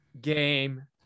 game